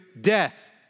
death